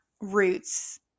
roots